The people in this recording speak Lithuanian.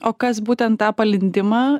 o kas būtent tą palindimą